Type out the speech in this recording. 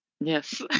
Yes